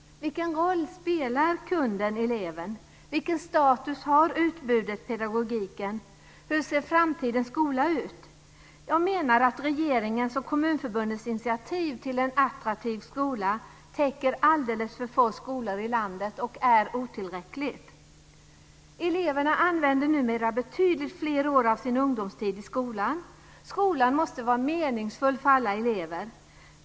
Vilken roll spelar kunden-eleven? Vilken status har utbudet-pedagogiken? Hur ser framtidens skola ut? Jag menar att regeringens och Kommuförbundets initiativ En attraktiv skola täcker alldeles för få skolor i landet och är otillräckligt. Eleverna använder numera betydligt fler år av sin ungdomstid i skolan. Skolan måste vara meningsfull för alla elever.